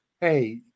hey